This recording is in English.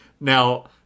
Now